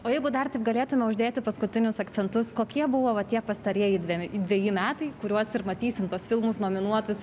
o jeigu dar taip galėtume uždėti paskutinius akcentus kokie buvo tie pastarieji dveji dveji metai kuriuos ir matysim tuos filmus nominuotus